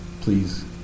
please